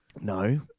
No